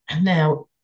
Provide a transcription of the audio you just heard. now